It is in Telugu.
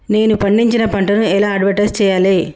నేను పండించిన పంటను ఎలా అడ్వటైస్ చెయ్యాలే?